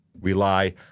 rely